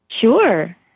Sure